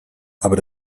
aber